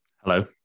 Hello